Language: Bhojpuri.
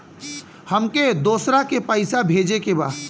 हमके दोसरा के पैसा भेजे के बा?